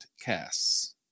casts